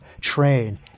train